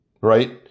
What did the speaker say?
right